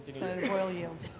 senator boyle yields.